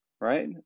right